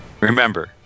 Remember